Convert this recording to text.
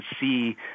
see